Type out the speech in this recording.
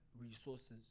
resources